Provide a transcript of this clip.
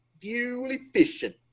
fuel-efficient